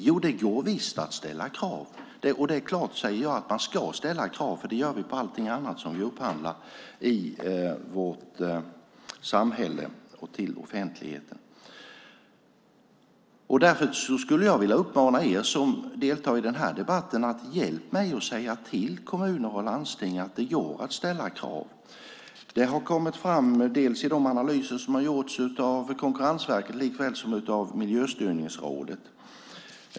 Jo, det går visst att ställa krav. Och det är klart, säger jag, att man ska ställa krav, för det gör vi på allting annat som vi upphandlar i vårt samhälle och till offentligheten. Därför skulle jag vilja uppmana er som deltar i den här debatten att hjälpa mig att säga till kommuner och landsting att det går att ställa krav. Det har kommit fram i de analyser som har gjorts av Konkurrensverket likaväl som av Miljöstyrningsrådet.